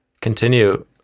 continue